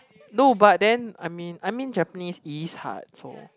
no but then I mean I mean Japanese is hard so